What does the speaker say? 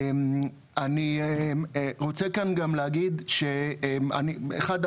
אני רוצה כאן גם להגיד שאחד,